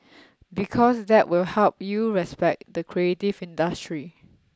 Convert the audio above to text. because that will help you respect the creative industry